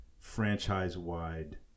Franchise-wide